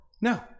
No